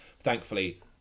thankfully